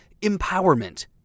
empowerment